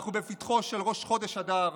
אנחנו בפתחו של ראש חודש אדר,